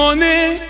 Money